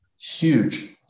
huge